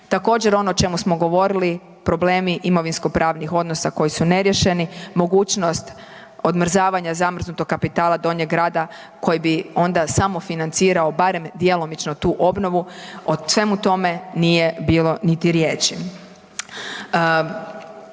Također ono o čemu smo govorili, problemi imovinsko-pravnih odnosa koji su neriješeni, mogućnost odmrzavanja zamrznutog kapitala Donjeg grada koji bi onda samofinancirao barem djelomično tu obnovu o svemu tome nije bilo niti riječi.